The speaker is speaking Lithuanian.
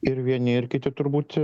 ir vieni ir kiti turbūt